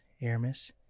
Aramis